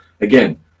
again